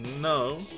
No